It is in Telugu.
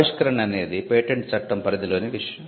ఆవిష్కరణ అనేది పేటెంట్ చట్టం పరిధి లోని విషయం